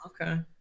Okay